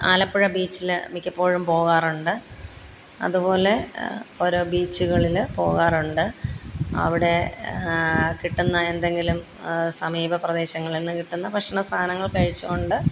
ആലപ്പുഴ ബീച്ചിൽ മിക്കപ്പോഴും പോകാറുണ്ട് അതുപോലെ ഓരോ ബീച്ച്കളിൽ പോകാറുണ്ട് അവിടെ കിട്ടുന്ന എന്തെങ്കിലും സമീപ പ്രദേശങ്ങളിന്ന് കിട്ടുന്ന ഭക്ഷണം സാധനങ്ങള് കഴിച്ച് കൊണ്ട്